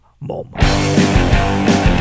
Mom